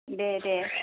दे दे